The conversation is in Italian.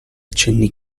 cenni